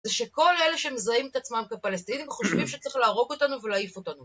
זה שכל אלה שמזהים את עצמם כפלסטינים חושבים שצריך להרוג אותנו ולהעיף אותנו.